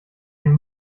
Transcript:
den